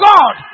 God